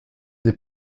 des